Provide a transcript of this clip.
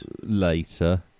later